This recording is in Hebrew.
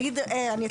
רבה.